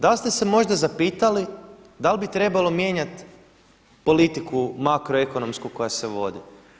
Da li ste se možda zapitali da li bi trebalo mijenjati politiku makroekonomsku koja se vodi?